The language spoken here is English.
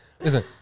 listen